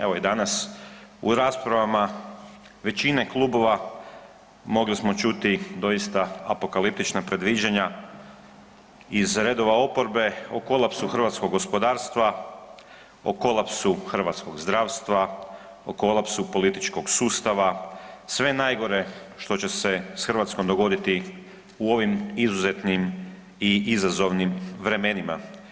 Evo i danas u raspravama većine klubova mogli smo čuti doista apokaliptična predviđanja iz redova oporbe o kolapsu hrvatskog gospodarstva, o kolapsu hrvatskog zdravstva, o kolapsu političkog sustava sve najgore što će se s Hrvatskom dogoditi u ovim izuzetnim i izazovnim vremenima.